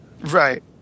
Right